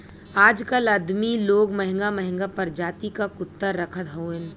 आजकल अदमी लोग महंगा महंगा परजाति क कुत्ता रखत हउवन